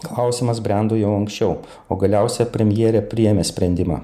klausimas brendo jau anksčiau o galiausiai premjerė priėmė sprendimą